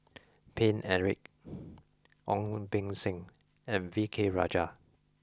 Paine Eric Ong Beng Seng and V K Rajah